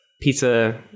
pizza